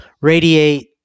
radiate